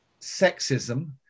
sexism